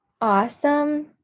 awesome